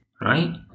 Right